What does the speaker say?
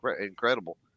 incredible